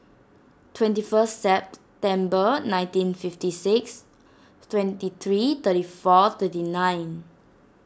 twenty first September nineteen fifty six twenty three thirty four thirty nine